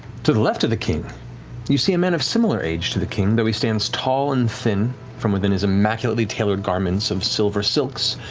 to the left of the king you see a man of similar age to the king, though he stands tall and thin from within his immaculately tailored garments of silver silks,